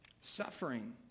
Suffering